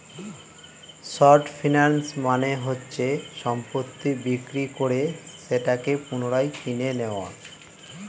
short finance মানে হচ্ছে সম্পত্তি বিক্রি করে সেটাকে পুনরায় কিনে নেয়া